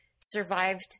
survived